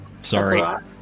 Sorry